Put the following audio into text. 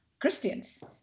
Christians